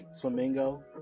flamingo